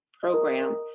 program